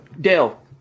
Dale